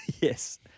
Yes